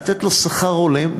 לתת לו שכר הולם,